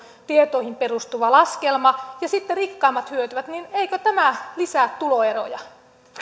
tietoihin perustuva laskelma ja sitten rikkaimmat hyötyvät niin eikö tämä lisää tuloeroja